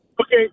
Okay